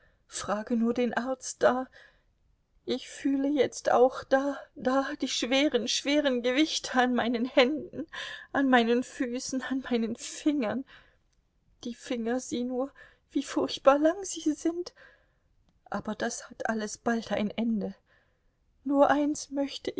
frage nur den arzt da ich fühle jetzt auch da da die schweren schweren gewichte an meinen händen an meinen füßen an meinen fingern die finger sieh nur wie furchtbar lang sie sind aber das hat alles bald ein ende nur eins möchte